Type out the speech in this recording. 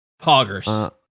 Hoggers